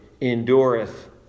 endureth